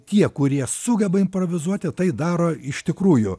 tie kurie sugeba improvizuoti tai daro iš tikrųjų